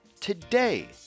today